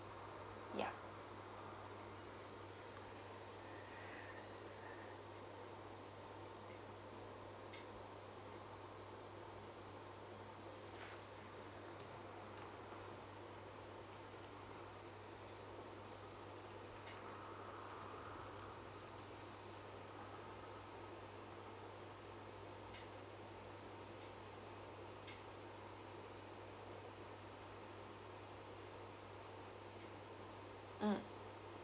yeah mm